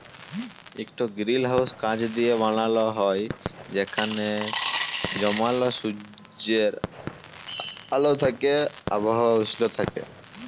ইকট গিরিলহাউস কাঁচ দিঁয়ে বালাল হ্যয় যেখালে জমাল সুজ্জের আল থ্যাইকে আবহাওয়া উস্ল থ্যাইকে